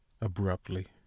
abruptly